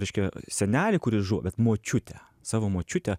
reiškia senelį kuris žuvo bet močiutę savo močiutę